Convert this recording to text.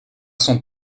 son